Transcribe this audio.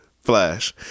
Flash